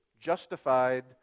justified